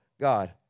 God